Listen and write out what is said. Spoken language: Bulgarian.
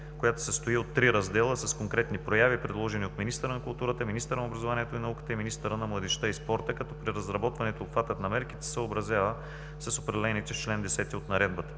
която се състои от три раздела с конкретни прояви, предложени от министъра на културата, министъра на образованието и науката и министъра на младежта и спорта, като при разработването обхватът на мерките се съобразява с определените в чл. 10 от Наредбата.